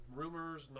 rumors